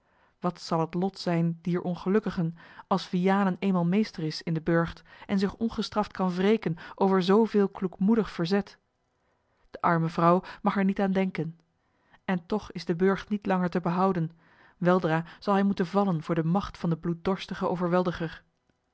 wat zal het lot zijn dier ongelukkigen als vianen eenmaal meester is in den burcht en zich ongestraft kan wreken over zooveel kloekmoedig verzet de arme vrouw mag er niet aan denken en toch is de burcht niet langer te behouden weldra zal hij moeten vallen voor de macht van den bloeddorstigen overweldiger